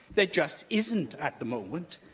there just isn't at the moment.